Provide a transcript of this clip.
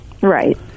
Right